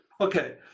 Okay